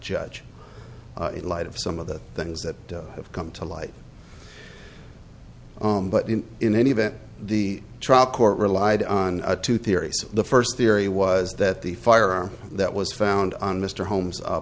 judge in light of some of the things that have come to light on but in any event the trial court relied on the two theories the first theory was that the firearm that was found on mr holmes